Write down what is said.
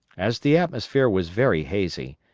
as the atmosphere was very hazy,